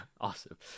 awesome